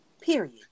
Period